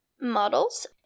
models